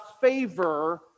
favor